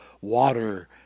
water